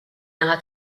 naħa